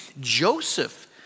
Joseph